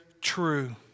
true